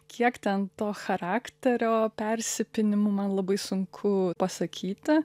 kiek ten to charakterio persipynimų man labai sunku pasakyti